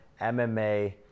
MMA